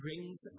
brings